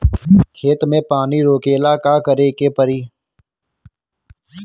खेत मे पानी रोकेला का करे के परी?